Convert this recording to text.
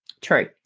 true